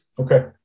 Okay